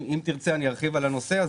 אם ארצה אני ארחיב על הנושא,